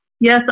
Yes